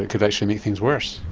it could actually make things worse.